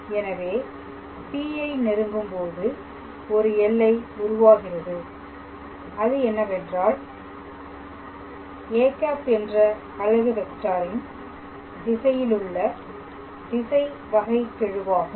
எனவே P யை நெருங்கும்போது ஒரு எல்லை உருவாகிறது அது என்னவென்றால் â என்ற அலகு வெக்டாரின் திசையிலுள்ள திசை வகைக்கெழுவகும்